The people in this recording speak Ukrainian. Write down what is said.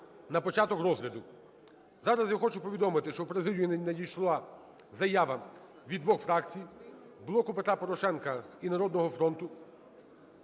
на початок розгляду. Зараз я хочу повідомити, що в президію надійшла заява від двох фракції: "Блоку Петра Порошенка" і "Народного фронту"